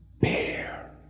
bear